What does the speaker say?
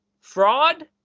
fraud